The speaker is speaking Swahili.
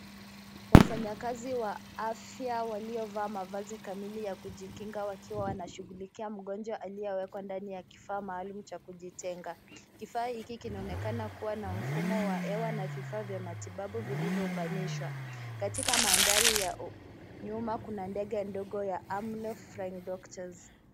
Wafanyakazi wa afya waliovaa mavazi kamili ya kujikinga wakiwa wanashughulikia mgonjwa aliyewekwa ndani ya kifaa maalum cha kujitenga. Kifaa hiki kinaonekana kuwa na mfumo wa hewa na vifaa vya matibabu vilivyounganishwa. Katika mandhari ya nyuma kuna ndege ndogo ya, amref flying doctors.